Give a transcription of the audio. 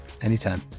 Anytime